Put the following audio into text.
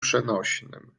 przenośnym